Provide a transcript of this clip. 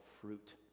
fruit